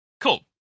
Cool